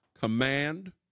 command